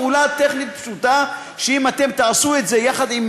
פעולה טכנית פשוטה, שאם אתם תעשו את זה יחד עם